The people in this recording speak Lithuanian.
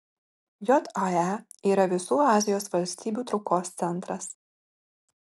jae yra visų azijos valstybių traukos centras